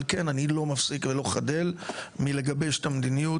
אבל, כן, אני לא מפסיק ולא חדל מלגבש את המדיניות.